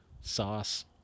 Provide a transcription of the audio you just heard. sauce